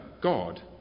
god